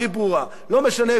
לא משנה איפה אהיה בעתיד,